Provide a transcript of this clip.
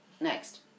Next